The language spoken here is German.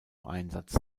einsatz